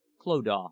clodagh